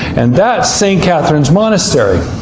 and that's st. catherine's monastery.